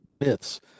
myths